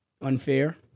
unfair